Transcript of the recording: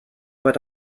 but